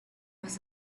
was